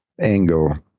angle